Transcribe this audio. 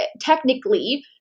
technically